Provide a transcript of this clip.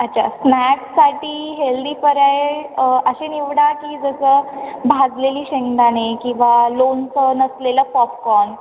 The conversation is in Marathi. अच्छा स्नॅक्ससाठी हेल्दी पर्याय असे निवडा की जसं भाजलेली शेंगदाणे किंवा लोणचं नसलेलं पॉपकॉर्न